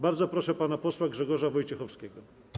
Bardzo proszę pana posła Grzegorza Wojciechowskiego.